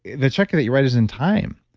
the check that you write is in time.